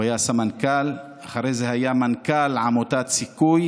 הוא היה סמנכ"ל, אחרי זה היה מנכ"ל עמותת סיכוי,